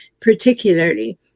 particularly